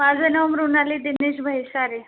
माझं नाव मृणाली दिनेश भैसारे